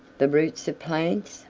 the roots of plants?